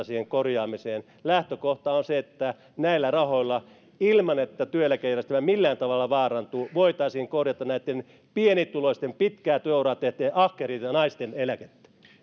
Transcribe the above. siihen korjaamiseen lähtökohta on se että näillä rahoilla ilman että työeläkejärjestelmä millään tavalla vaarantuu voitaisiin korjata näitten pienituloisten pitkää työuraa tehneiden ahkerien naisten eläkettä